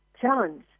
challenge